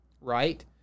right